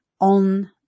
on